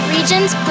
Regions